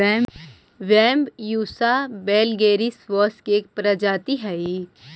Bambusa वैलगेरिस बाँस के प्रजाति हइ